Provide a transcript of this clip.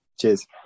cheers